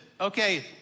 okay